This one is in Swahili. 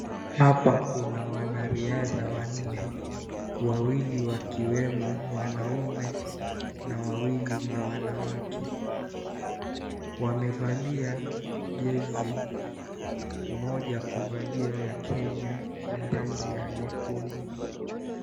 Hapa kuna wanariadha wanne, wawili wakiwemo wanaume na wawili ni wanawake, wamevalia jersey , mmoja kuvalia ya Kenya ya rangi ya nyekundu.